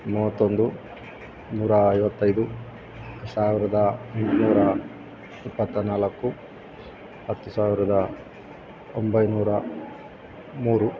ಮೂವತ್ತೊಂದು ನೂರ ಐವತ್ತೈದು ಸಾವಿರದ ಎಂಟುನೂರ ಇಪ್ಪತ್ತ ನಾಲ್ಕು ಹತ್ತು ಸಾವಿರದ ಒಂಬೈನೂರ ಮೂರು